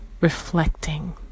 reflecting